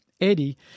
Eddie